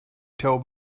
told